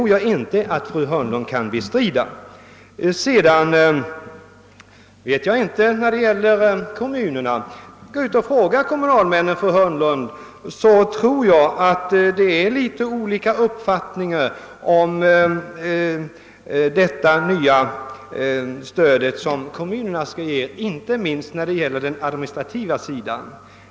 Det tror jag inte att fru Hörnlund kan bestrida. Vidare vill jag uppmana fru Hörnlund att gå ut och fråga kommunalmännen om deras uppfattningar. Jag tror att det finns olika uppfattningar om detta nya stöd som kommunerna skall ge, inte minst när det gäller den administrativa sidan.